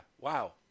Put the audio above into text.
Wow